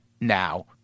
now